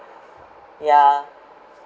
yeah